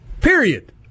Period